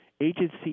agency